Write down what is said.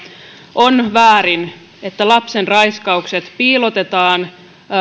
on väärin että lapsen raiskaukset piilotetaan